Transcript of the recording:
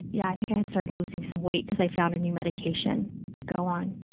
yeah, i think i had started losing some weight because i found a new medication to go on.